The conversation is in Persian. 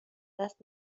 دست